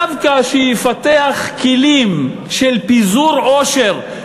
דווקא שיפתח כלים של פיזור עושר,